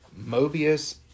Mobius